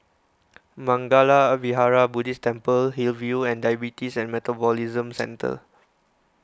Mangala Vihara Buddhist Temple Hillview and Diabetes and Metabolism Centre